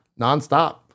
nonstop